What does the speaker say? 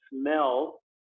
smell